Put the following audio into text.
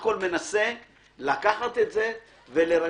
צריך להבין שלא משתמשים בכוח אז הנזק לא יכול להיות כזה נורא.